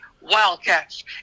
Wildcats